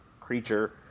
creature